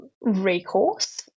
recourse